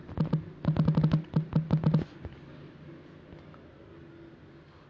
you know like they don't form terrorist group that come to singapore இல்லனா:illanaa singapore கு தான பாதிப்பு:ku thaana paathippu